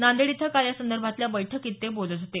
नांदेड इथं काल यासंदर्भातल्या बैठकीत ते बोलत होते